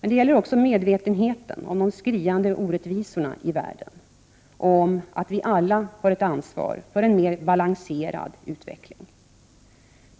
Men det gäller också medvetenheten om de skriande orättvisorna i världen | och om att vi alla har ett ansvar för en mer balanserad utveckling.